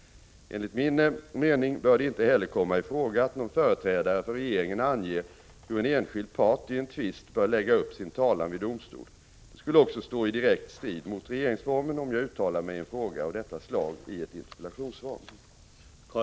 Enligt min mening bör det inte heller komma i fråga att någon företrädare för regeringen anger hur en enskild part i en tvist bör lägga upp sin talan vid domstol. Det skulle också stå i direkt strid mot regeringsformen, om jag uttalar mig i en fråga av detta slag i ett interpellationssvar.